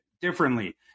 differently